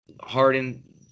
Harden